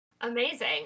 Amazing